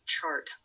chart